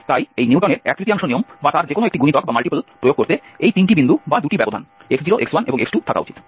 তাই এই নিউটনের এক তৃতীয়াংশ নিয়ম বা তার যেকোনো একটি গুণিতক প্রয়োগ করতে এই তিনটি বিন্দু বা দুটি ব্যবধান x0 x1 এবং x2 থাকা উচিত